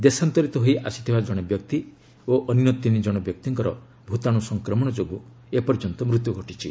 ଦେଶାନ୍ତରିତ ହୋଇ ଆସିଥିବା ଜଣେ ବ୍ୟକ୍ତି ଓ ଅନ୍ୟ ତିନି ଜଣ ବ୍ୟକ୍ତିଙ୍କର ଭୂତାଣୁ ସଂକ୍ରମଣ ଯୋଗୁଁ ମୃତ୍ୟୁ ଘଟିଛି